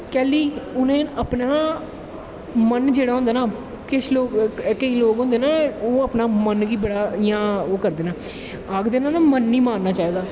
कैल्ली उनें अपनां मन जेह्ड़ा होंदा ना केंई लोग होंदे ना ओह् अपना मन गी बड़ा ओह् करदे नै आखदे नै ना मन नी मारनां चाही दा